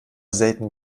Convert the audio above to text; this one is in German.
selten